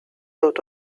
out